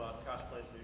scotch plains,